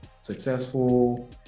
successful